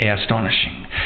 Astonishing